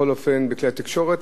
בכל אופן בכלי התקשורת,